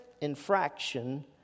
infraction